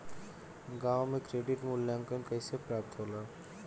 गांवों में क्रेडिट मूल्यांकन कैसे प्राप्त होला?